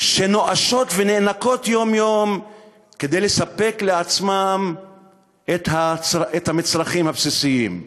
שנואשות ונאנקות יום-יום כדי לספק לעצמן את המצרכים הבסיסיים.